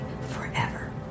forever